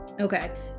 Okay